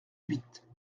huit